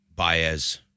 Baez